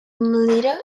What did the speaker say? militia